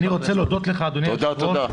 אני רוצה להודות לך, אדוני היושב-ראש.